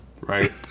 Right